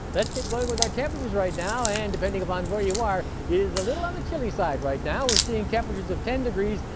let's get going with our temperatures right now, and depending upon where you are, it is a little on the chilly side right now, we're seeing temperatures of ten degrees,